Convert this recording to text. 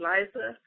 Liza